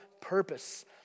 purpose